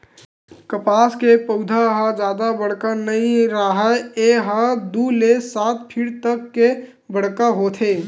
कपसा के पउधा ह जादा बड़का नइ राहय ए ह दू ले सात फीट तक के बड़का होथे